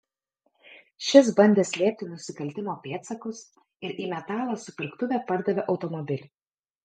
šis bandė slėpti nusikaltimo pėdsakus ir į metalo supirktuvę pardavė automobilį